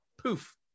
poof